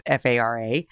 FARA